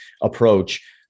approach